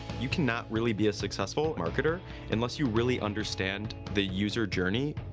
you cannot really be a successful marketer unless you really understand the user journey.